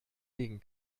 legen